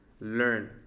learn